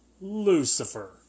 Lucifer